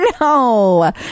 No